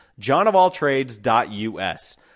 johnofalltrades.us